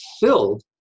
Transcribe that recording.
filled